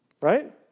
Right